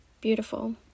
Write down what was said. Beautiful